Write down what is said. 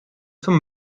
vom